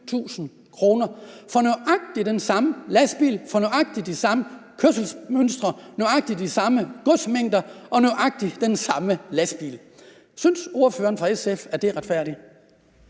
for nøjagtig den samme lastbil, for nøjagtig de samme kørselsmønstre og for nøjagtig de samme godsmængder. Synes ordføreren for SF, at det er retfærdigt?